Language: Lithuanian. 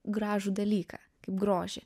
gražų dalyką kaip grožį